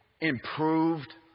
improved